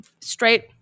Straight